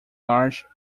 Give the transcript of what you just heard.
large